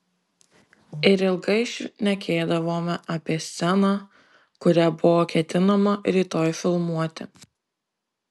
ir ilgai šnekėdavome apie sceną kurią buvo ketinama rytoj filmuoti